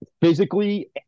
physically